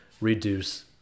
reduce